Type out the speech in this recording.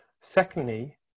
secondly